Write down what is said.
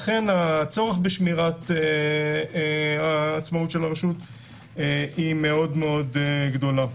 לכן הצורך בשמירת עצמאות הרשות היא מאוד גדולה.